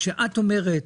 כשאת אומרת